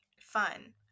fun